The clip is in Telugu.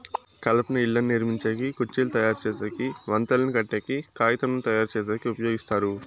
కలపను ఇళ్ళను నిర్మించేకి, కుర్చీలు తయరు చేసేకి, వంతెనలు కట్టేకి, కాగితంను తయారుచేసేకి ఉపయోగిస్తారు